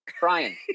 Brian